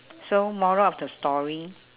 so moral of the story